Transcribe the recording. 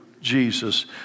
Jesus